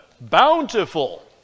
Bountiful